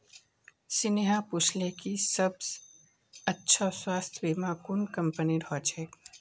स्नेहा पूछले कि सबस अच्छा स्वास्थ्य बीमा कुन कंपनीर ह छेक